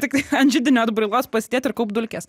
tik ant židinio atbrailos pasidėt ir kaupt dulkes